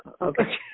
Okay